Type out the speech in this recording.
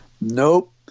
Nope